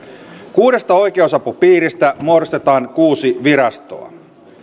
kuudesta oikeusapupiiristä muodostetaan kuusi virastoa